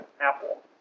apple